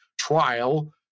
trial